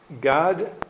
God